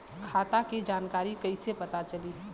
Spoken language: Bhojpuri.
खाता के जानकारी कइसे पता चली?